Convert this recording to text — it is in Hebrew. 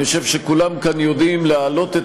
אני חושב שכולם כאן יודעים להעלות את